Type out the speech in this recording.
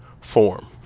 form